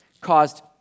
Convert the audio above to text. caused